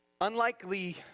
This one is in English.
unlikely